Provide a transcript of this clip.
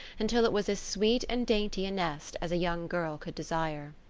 until it was as sweet and dainty a nest as a young girl could desire.